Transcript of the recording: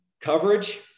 Coverage